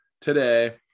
today